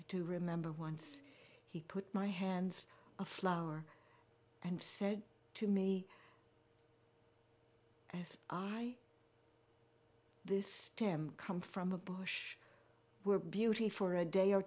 to remember once he put my hands a flower and said to me as i this him come from a bush where beauty for a day or